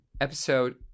Episode